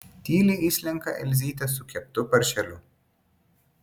tyliai įslenka elzytė su keptu paršeliu